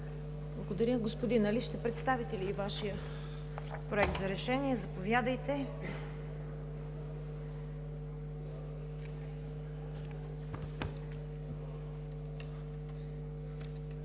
Генов. Господин Али, ще представите ли и Вашия Проект за решение? Заповядайте.